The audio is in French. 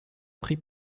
pris